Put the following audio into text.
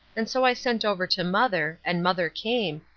and so i sent over to mother, and mother came,